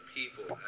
people